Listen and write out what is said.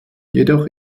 jedoch